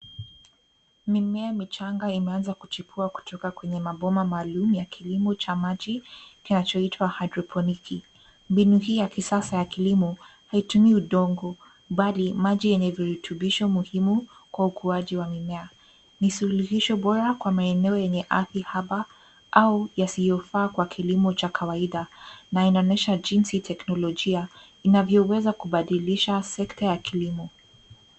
Mimea michanga imeanza kuchipua kutoka kwenye mabomba maalumu ya kilimo cha maji, kinachoitwa hydroponic . Mbinu hii ya kisasa ya kilimo, haitumii udongo, bali maji yenye virutubisho muhimu, kwa ukuaji wa mimea. Ni suluhisho bora kwa maeneo yenye ardhi haba au yasiyofaa kwa kilimo cha kawaida na inaonyesha jinsi teknolojia inavyoweza kubadilisha sekta ya kilimo.